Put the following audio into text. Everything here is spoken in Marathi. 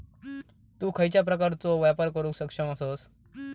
तु खयच्या प्रकारचो व्यापार करुक सक्षम आसस?